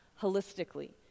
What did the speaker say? holistically